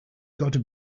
gotta